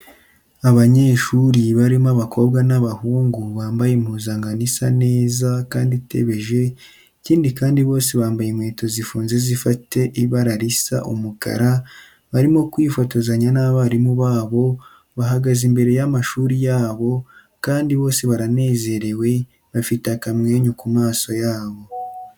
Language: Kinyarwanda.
Abanyeshuri barimo abakobwa n'abahungu bambaye impuzankano isa neza kandi itebeje ikindi kandi bose bambaye inkweto zifunze zifite ibara risa umukara barimo kwifotozanya n'abarimu babo bahagaze imbere y'amashuri yabo kandi bose baranezerewe bafite akamwenyu kumaso yabo.